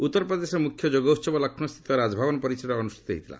ଉତ୍ତରପ୍ରଦେଶରେ ମୁଖ୍ୟ ଯୋଗ ଉହବ ଲକ୍ଷ୍ରୌ ସ୍ଥିତ ରାଜଭବନ ପରିସରରେ ଅନୁଷ୍ଠିତ ହୋଇଥିଲା